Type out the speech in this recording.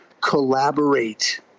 collaborate